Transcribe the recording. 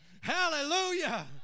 Hallelujah